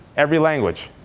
every language.